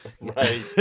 Right